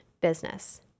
business